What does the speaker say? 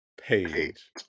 Page